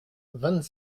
vingt